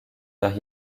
vers